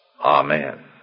Amen